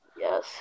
yes